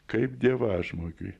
kaip dievažmogiui